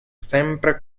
sempre